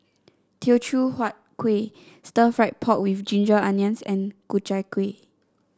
Teochew Huat Kuih Stir Fried Pork with Ginger Onions and Ku Chai Kuih